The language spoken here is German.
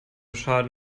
schaden